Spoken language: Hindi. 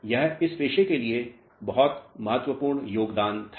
यह इस पेशे के लिए बहुत महत्वपूर्ण योगदान था